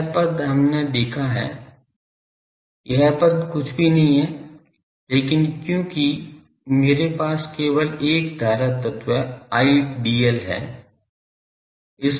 यह पद हमने देखा है यह पद कुछ भी नहीं है लेकिन क्योंकि मेरे पास केवल एक धारा तत्व I dl है